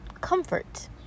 comfort